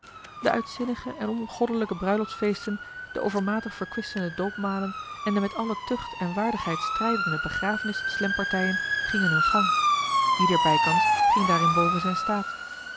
de uitzinnige en ongoddelijke bruiloftsfeesten de overmatig verkwistende doopmalen en de met alle tucht en waardigheid strijdende begrafenis slemppartijen gingen hun gang ieder bijkans ging daarin boven zijn staat